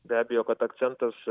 be abejo kad akcentas